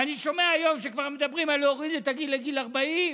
ואני שומע היום שכבר מדברים על להוריד את הגיל לגיל 40?